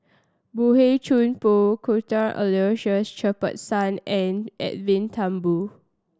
Boey Chuan Poh Cuthbert Aloysius Shepherdson and Edwin Thumboo